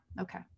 okay